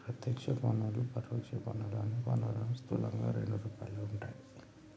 ప్రత్యక్ష పన్నులు, పరోక్ష పన్నులు అని పన్నులు స్థూలంగా రెండు రకాలుగా ఉంటయ్